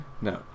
No